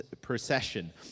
procession